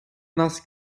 нас